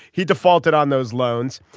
he defaulted on those loans.